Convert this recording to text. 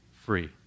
free